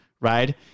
right